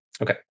Okay